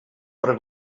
per